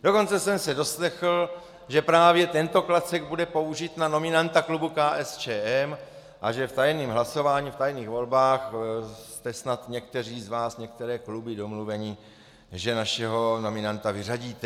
Dokonce jsem se doslechl, že právě tento klacek bude použit na nominanta klubu KSČM a že v tajném hlasování, v tajných volbách, jste snad někteří z vás, některé kluby, domluveni, že našeho nominanta vyřadíte.